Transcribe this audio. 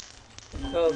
בעצם.